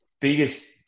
biggest